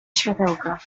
światełka